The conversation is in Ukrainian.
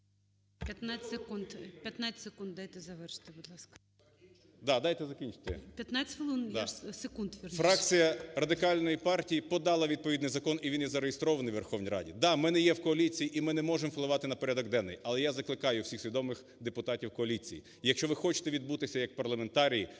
15 секунд, дайте завершити, будь ласка. ЧИЖМАРЬ Ю.В. Да, дайте закінчити. ГОЛОВУЮЧИЙ. 15 хвилин. Секунд, вірніше. ЧИЖМАРЬ Ю.В. Фракція Радикальної партії подала відповідний закон, і він є зареєстрований у Верховній Раді. Да, ми не є в коаліції, і ми не можемо впливати на порядок денний, але я закликаю всіх свідомих депутатів коаліції: якщо ви хочете відбутися як парламентарії,